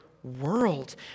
world